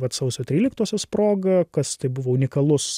vat sausio tryliktosios proga kas tai buvo unikalus